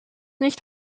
nicht